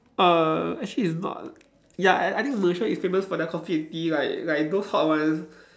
uh actually it's not ya I I think Malaysia is famous for their coffee and tea like like those hot ones